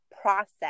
process